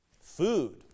food